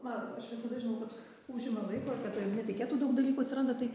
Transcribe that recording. man aš visada žinau kad užima laiko tai ir netikėtų daug dalykų atsiranda tai